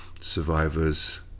survivors